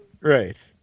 Right